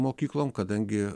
mokyklom kadangi